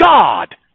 God